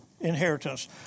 inheritance